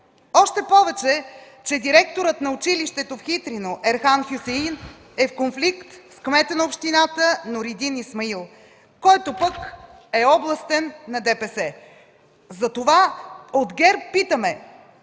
Още повече че директорът на училището в Хитрино Ерхан Хюсеин е в конфликт с кмета на общината Нуридин Исмаил, който пък е областен на ДПС. Затова от ГЕРБ питаме: